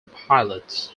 pilots